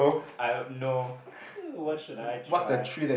I don't know what should I try